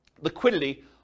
liquidity